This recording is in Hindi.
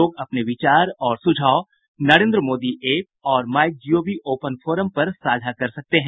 लोग अपने विचार और सुझाव नरेन्द्र मोदी ऐप और माइ जीओवी ओपन फोरम पर साझा कर सकते हैं